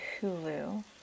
Hulu